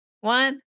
one